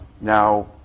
Now